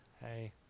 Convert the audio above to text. Hey